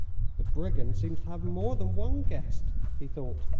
the brigand seems to have more than one guest, he thought,